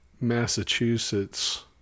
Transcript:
Massachusetts